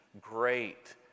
great